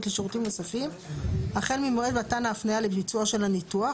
לשירותים נוספים החל ממועד מתן ההפניה לביצוע של הניתוח.